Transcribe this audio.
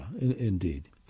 indeed